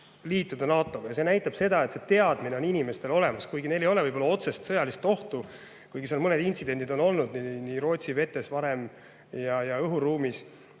liituda NATO-ga, näitab seda, et see teadmine on inimestel olemas. Neil ei ole võib-olla otsest sõjalist ohtu, kuigi mõned intsidendid on olnud Rootsi vetes ja õhuruumis.